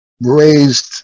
raised